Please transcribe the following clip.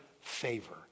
favor